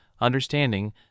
understanding